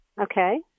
Okay